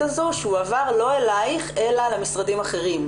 הזו שהועבר לא אלייך אלא למשרדים אחרים,